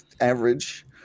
Average